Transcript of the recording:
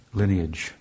lineage